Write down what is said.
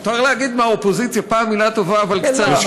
מותר להגיד מהאופוזיציה פעם מילה טובה, אבל קצרה.